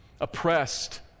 oppressed